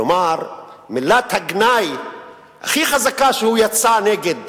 כלומר מילת הגנאי הכי חזקה שהוא יצא בה נגד